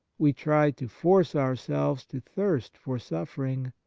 we try to force ourselves to thirst for suffering,